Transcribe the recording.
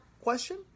question